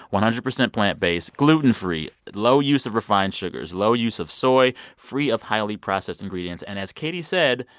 one hundred percent plant-based, gluten free, low use of refined sugars, low use of soy, free of highly processed ingredients and, as katie said.